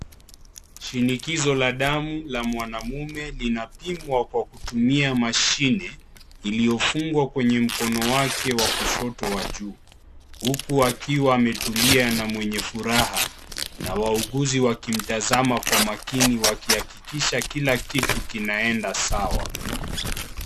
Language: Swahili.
Shinikizo la damu la mwanamume linapimwa kwa kutumia mashine iliyofungwa kwenye mkono wake wa kushoto wa juu huku akiwa ametulia na mwenye furaha, na wauuguzi wakimtazama kwa makini wakihakikisha kila kitu kinaenda sawa.